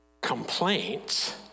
Complaints